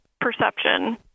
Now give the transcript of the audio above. perception